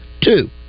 Two